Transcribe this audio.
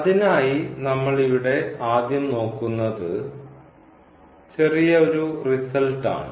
അതിനായി നമ്മൾ ഇവിടെ ആദ്യം നോക്കുന്നത് ചെറിയ ഒരു റിസൾട്ട് ആണ്